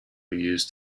used